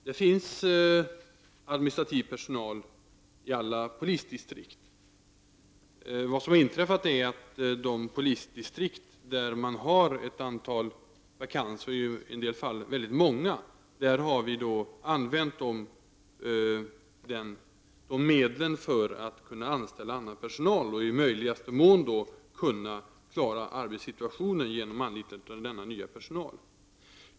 Det finns administrativ personal i alla polisdistrikt, Vad som har inträffat är att vi i de polisdistrikt där man har ett antal vakanser, i en del fall väldigt många sådana, har använt dessa medel för att kunna anställa annan personal och i möjligaste mån kunna klara arbetssituationen genom anlitande av denna nya personal.